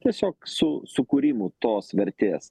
tiesiog su sukūrimu tos vertės